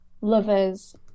lovers